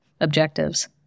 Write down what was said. objectives